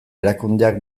erakundeak